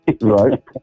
Right